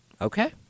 Okay